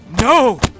no